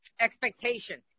expectation